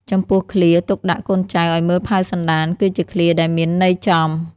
ចំំពោះឃ្លា ទុកដាក់កូនចៅឲ្យមើលផៅសន្តាន គឺជាឃ្លាដែលមានន័យចំ។